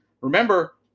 Remember